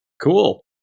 cool